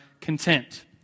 content